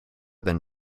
than